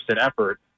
effort